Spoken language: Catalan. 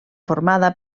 formada